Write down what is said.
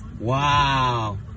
Wow